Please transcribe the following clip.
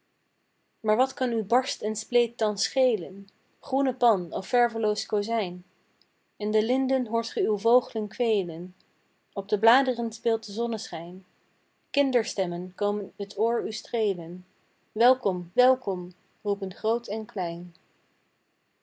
maar wat kan u barst en spleet thans schelen groene pan of verveloos kozijn in de linden hoort ge uw vooglen kweelen op de bladeren speelt de zonneschijn kinderstemmen komen t oor u streelen welkom welkom roepen groot en klein